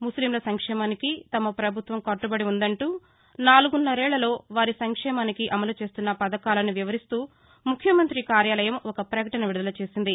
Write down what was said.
ముస్లింల సంక్షేమానికి తమ ప్రభుత్వం కట్టుబడి ఉందంటూ నాలుగున్నరేళ్లలో వారి సంక్షేమానికి అమలుచేస్తున్న పథకాలను వివరిస్తూ ముఖ్యమంత్రి కార్యాలయం ఒక ప్రకటన విడుదల చేసింది